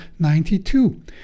92